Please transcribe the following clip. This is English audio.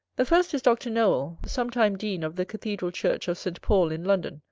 the first is dr. nowel, sometime dean of the cathedral church of st. paul, in london,